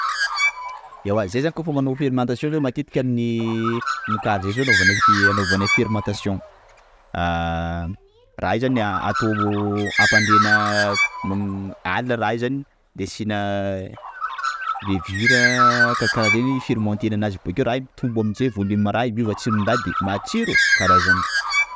Ewa, zay zany koafa manao fermentation zio matetika aminy mokary zay zio zay zao anaovanay anaovanay fermentation, ah raha io zany atao ampandriana aminy alina raha io zany de asina levure karakarah reny fermentena anazy, bokeo raha io mitombo amizay volume raha io, miova tsiro ndraha io, matsiro, karaha zany.